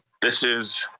this is